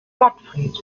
gottfried